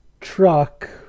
Truck